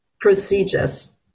procedures